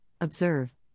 observe